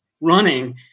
running